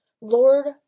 Lord